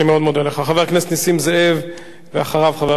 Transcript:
חבר הכנסת נסים זאב, ואחריו, חבר הכנסת מוזס.